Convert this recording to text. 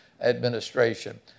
administration